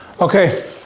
Okay